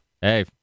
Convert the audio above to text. Hey